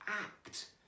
act